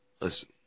listen